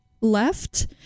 left